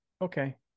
okay